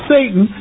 Satan